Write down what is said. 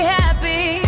happy